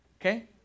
Okay